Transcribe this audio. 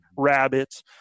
rabbits